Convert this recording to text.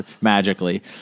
magically